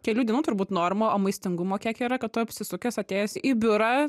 kelių dienų turbūt norma o maistingumo kiekio yra kad tu apsisukęs ir atėjęs į biurą